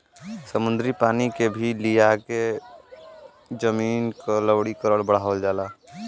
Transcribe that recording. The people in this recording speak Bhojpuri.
समुद्री पानी के लियाके भी जमीन क लवणीकरण बढ़ावल जाला